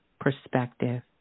perspective